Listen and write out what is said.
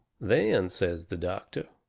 then, says the doctor,